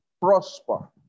prosper